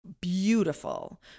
beautiful